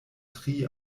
tri